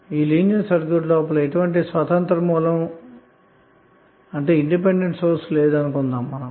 ఇప్పుడు linear circuit లోపల ఎటువంటి స్వతంత్రమైన సోర్స్ లేదనుకొందాము